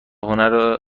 هنر